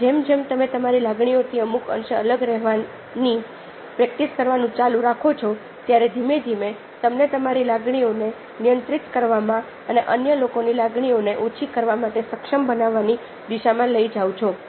અને જેમ જેમ તમે તમારી લાગણીઓથી અમુક અંશે અલગ રહેવાની પ્રેક્ટિસ કરવાનું ચાલુ રાખો છો ત્યારે ધીમે ધીમે તમને તમારી લાગણીઓને નિયંત્રિત કરવામાં અને અન્ય લોકોની લાગણીઓને ઓછી કરવા માટે સક્ષમ બનવાની દિશામાં લઈ જાઓ છો